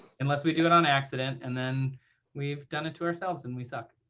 unless we do it on accident. and then we've done it to ourselves, and we suck.